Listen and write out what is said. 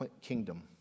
kingdom